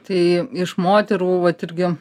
tai iš moterų vat irgi